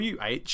WH